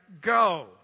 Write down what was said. Go